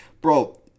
bro